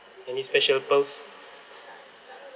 any special pearls